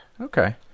Okay